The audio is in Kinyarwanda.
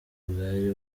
bwari